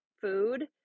food